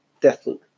Deathloop